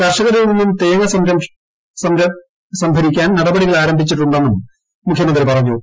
കർഷകരിൽ പ്രസിന്നും തേങ്ങ സംഭരിക്കാൻ നടപടികൾ ആരംഭിച്ചിട്ടുണ്ടെന്നും മുഖ്യമന്ത്രി പറഞ്ഞു